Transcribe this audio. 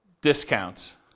discounts